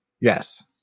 Yes